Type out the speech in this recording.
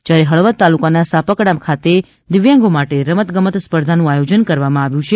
જ્યારે હળવદ તાલુકાના સાપકડા ખાતે દિવ્યાંગો માટે રમત ગમત સ્પર્ધાનું આયોજન કરવામાં આવેલ છે